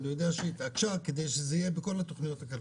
אני יודע שהיא התעקשה כדי שזה יהיה בכל התוכניות הכלכליות.